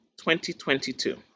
2022